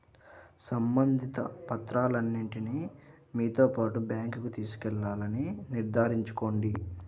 సంబంధిత పత్రాలన్నింటిని మీతో పాటు బ్యాంకుకు తీసుకెళ్లాలని నిర్ధారించుకోండి